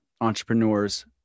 entrepreneurs